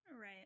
right